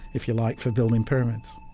if you like, for building pyramids